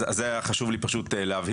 אז זה היה חשוב לי פשוט להבהיר.